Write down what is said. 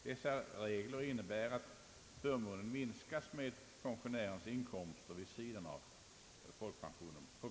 Dessa regler innebär att förmånen minskas på visst sätt om pensionären har inkomster vid sidan av folkpensionen.